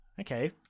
okay